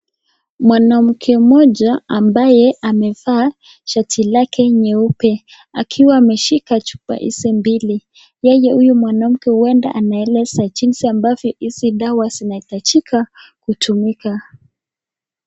Mwanamke mmoja, ambaye, amevaa, shati lake nyeupe, akiwa ameshika chupa hizi mbili, yeye huyu mwanamke huenda anaelesa jinsi hizi dawa zinahitajika, kutumika.